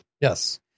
Yes